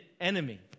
enemy